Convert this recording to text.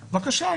בבקשה,